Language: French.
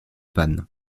pannes